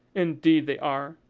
indeed they are.